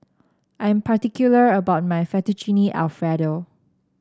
I am particular about my Fettuccine Alfredo